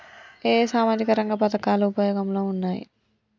ఏ ఏ సామాజిక రంగ పథకాలు ఉపయోగంలో ఉన్నాయి?